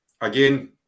again